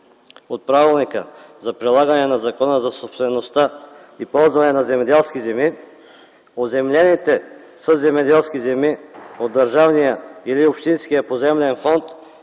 от Правилника за прилагане на Закона за собствеността и ползването на земеделските земи, оземлените със земеделски земи от държавния или общинския поземлен фонд